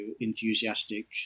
enthusiastic